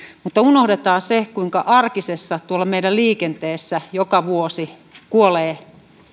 mutta unohdetaan se kuinka tuolla meidän arkisessa liikenteessämme joka vuosi kuolee